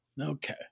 Okay